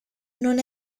non